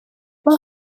pas